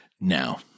now